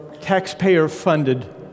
taxpayer-funded